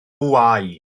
bwâu